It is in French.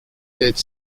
sept